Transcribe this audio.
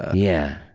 yeah,